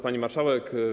Pani Marszałek!